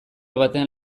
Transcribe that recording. batean